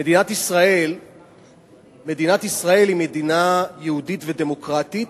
מדינת ישראל היא מדינה יהודית ודמוקרטית,